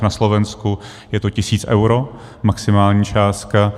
Na Slovensku je to tisíc eur, maximální částka.